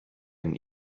and